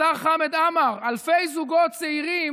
השר חמד עמאר, אלפי זוגות צעירים